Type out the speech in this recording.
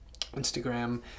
Instagram